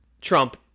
trump